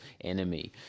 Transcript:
enemy